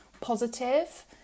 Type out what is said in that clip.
positive